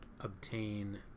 obtain